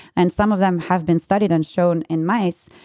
and some of them have been studied and shown in mice,